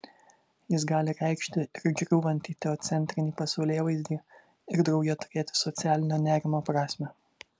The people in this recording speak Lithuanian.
jis gali reikšti ir griūvantį teocentrinį pasaulėvaizdį ir drauge turėti socialinio nerimo prasmę